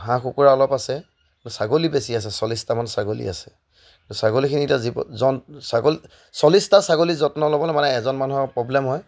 হাঁহ কুকুৰা অলপ আছে ছাগলী বেছি আছে চল্লিছটামান ছাগলী আছে ছাগলীখিনি এতিয়া জীৱ জন ছাগলী চল্লিছটা ছাগলী যত্ন ল'বলৈ মানে এজন মানুহৰ প্ৰব্লেম হয়